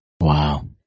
Wow